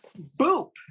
BOOP